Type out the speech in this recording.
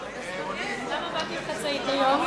למה באתי בחצאית היום?